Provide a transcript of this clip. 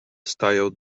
style